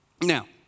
now